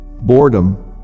Boredom